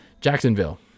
Jacksonville